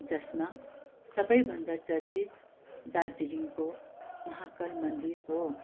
जसमा सबैभन्दा चर्चित दार्जिलिङको महाकाल मन्दिर हो